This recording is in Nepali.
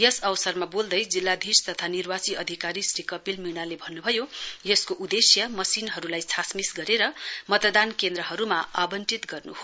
यस अवसरमा बोल्दै जिल्लाधीश तथा निर्वाची अधिकारी श्री कपिल मीणाले भन्नुभयो यसको उद्देश्य मशिनहरूलाई छासमीस गरेर मतदान केन्द्रहरूमा आवंटित गर्नु हो